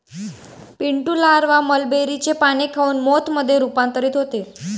Pintu larva मलबेरीचे पाने खाऊन मोथ मध्ये रूपांतरित होते